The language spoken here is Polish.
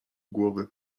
głowy